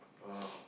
uh